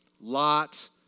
Lot